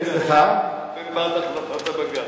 אתם בעד החלפת הבג"ץ?